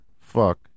fuck